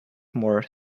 more